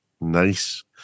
Nice